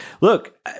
look